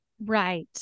Right